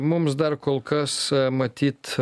mums dar kol kas matyt